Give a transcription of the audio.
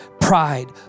pride